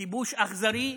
כיבוש אכזרי,